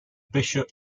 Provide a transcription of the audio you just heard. bishop